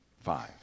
five